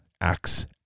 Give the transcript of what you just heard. acts